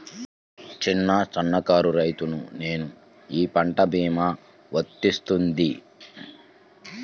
చిన్న సన్న కారు రైతును నేను ఈ పంట భీమా వర్తిస్తుంది?